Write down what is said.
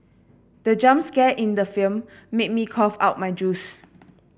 the jump scare in the film made me cough out my juice